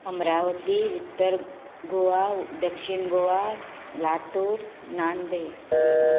अमरावती उत्तर गोवा दक्षिण गोवा लातूर नांदेड